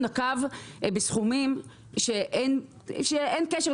הוא נקב בסכומים שאין קשר,